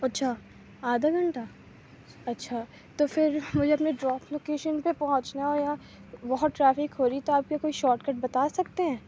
اچھا آدھا گھنٹہ اچھا تو پھر مجھے اپنے ڈراپ لوکیشن پہ پہنچنا ہے اور یہاں بہت ٹرافک ہو رہی ہے تو آپ کیا کوئی شاٹ کٹ بتا سکتے ہیں